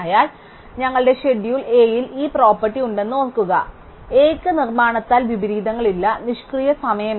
ഇപ്പോൾ ഞങ്ങളുടെ schedule A യിൽ ഈ പ്രോപ്പർട്ടി ഉണ്ടെന്ന് ഓർക്കുക Aക്ക് നിർമ്മാണത്താൽ വിപരീതങ്ങളില്ല നിഷ്ക്രിയ സമയമില്ല